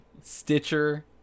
stitcher